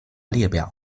列表